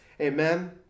Amen